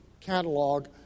catalog